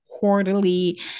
quarterly